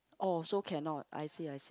oh so cannot I see I see